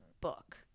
book